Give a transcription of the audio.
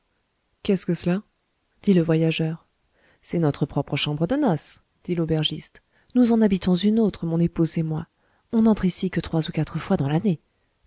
c'est que cela dit le voyageur c'est notre propre chambre de noce dit l'aubergiste nous en habitons une autre mon épouse et moi on n'entre ici que trois ou quatre fois dans l'année